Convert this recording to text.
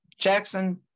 Jackson